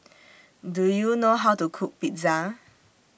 Do YOU know How to Cook Pizza